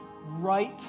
right